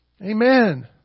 Amen